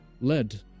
led